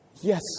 yes